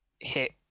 hit